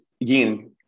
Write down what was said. again